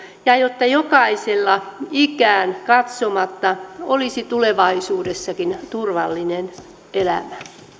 ja jotta jokaisella ikään katsomatta olisi tulevaisuudessakin turvallinen elämä